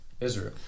Israel